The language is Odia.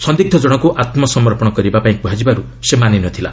ସନ୍ଦିଗ୍ଧ ଜଣକୁ ଆତ୍ମସମର୍ପଶ କରିବାପାଇଁ କୁହାଯିବାରୁ ସେ ମାନି ନ ଥିଲା